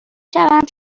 شوم